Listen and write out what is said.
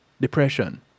depression